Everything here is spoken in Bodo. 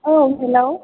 औ हेल्ल'